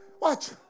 Watch